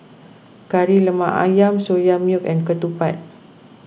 Kari Lemak Ayam Soya Milk and Ketupat